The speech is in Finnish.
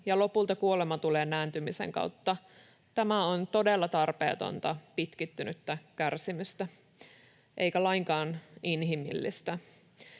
ja lopulta kuolema tulee nääntymisen kautta. Tämä on todella tarpeetonta, pitkittynyttä kärsimystä eikä lainkaan inhimillistä.